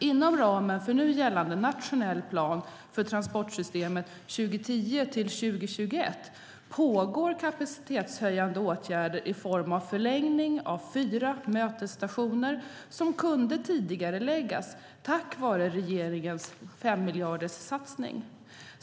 Inom ramen för nu gällande nationell plan för transportsystemet 2010-2021 pågår kapacitetshöjande åtgärder i form av förlängning av fyra mötesstationer som har kunnat tidigareläggas tack vare regeringens 5-miljarderssatsning.